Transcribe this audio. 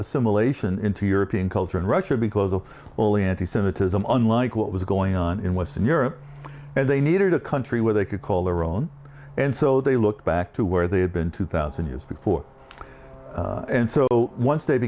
assimilation into european culture in russia because of all the anti semitism unlike what was going on in western europe and they needed a country where they could call their own and so they looked back to where they had been two thousand years before and so once